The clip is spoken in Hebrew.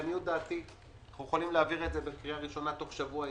לעניות דעתי אנחנו יכולים להעביר את זה בקריאה ראשונה תוך שבוע ימים,